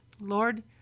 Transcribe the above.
Lord